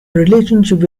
relationship